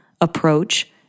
approach